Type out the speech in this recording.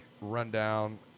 rundown